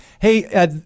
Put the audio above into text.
Hey